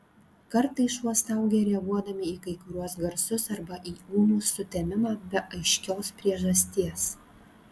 kartais šuo staugia reaguodami į kai kuriuos garsus arba į ūmų sutemimą be aiškios priežasties